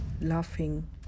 laughing